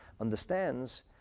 understands